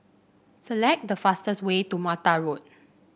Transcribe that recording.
select the fastest way to Mattar Road